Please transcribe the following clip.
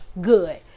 Good